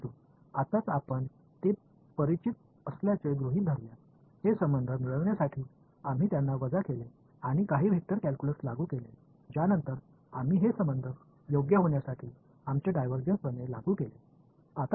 परंतु आत्ताच आपण ते परिचित असल्याचे गृहित धरूया हे संबंध मिळविण्यासाठी आम्ही त्यांना वजा केले आणि काही वेक्टर कॅल्क्यूलस लागू केले ज्यानंतर आम्ही हे संबंध योग्य होण्यासाठी आमचे डायव्हर्जन्स प्रमेय लागू केले